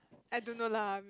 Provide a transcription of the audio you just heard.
I don't know lah